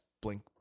blink